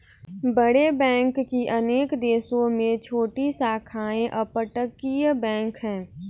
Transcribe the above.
बड़े बैंक की अनेक देशों में छोटी शाखाओं अपतटीय बैंक है